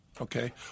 okay